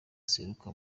seruka